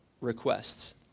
requests